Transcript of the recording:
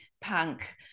punk